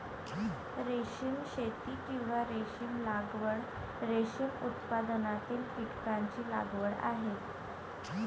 रेशीम शेती, किंवा रेशीम लागवड, रेशीम उत्पादनातील कीटकांची लागवड आहे